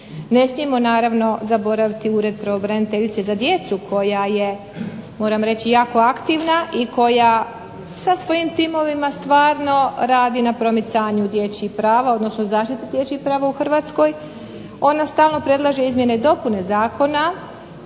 Ne smijemo naravno zaboraviti Ured pravobraniteljice za djecu koja je moram reći jako aktivna i koja sa svojim timovima stvarno radi na promicanju dječjih prava, odnosno zaštiti dječjih prava u Hrvatskoj. Ona stalno predlaže izmjene i dopune zakona,